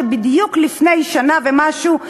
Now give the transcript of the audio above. שבדיוק לפני שנה ומשהו,